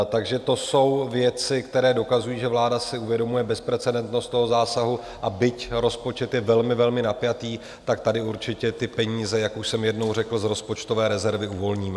Takže to jsou věci, které dokazují, že vláda si uvědomuje bezprecedentnost toho zásahu, a byť rozpočet je velmi, velmi napjatý, tak tady určitě ty peníze, jak už jsem jednou řekl, z rozpočtové rezervy uvolníme.